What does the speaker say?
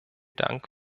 dank